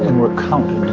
were counted